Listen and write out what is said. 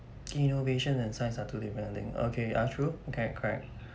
innovation and science are two different things okay ya true okay correct